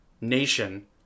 nation